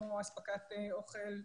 כמו אספקת אוכל,